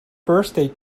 birthday